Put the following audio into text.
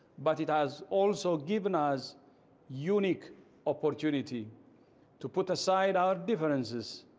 but it has also given us unique opportunity to put aside our differences,